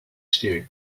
stew